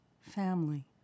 Family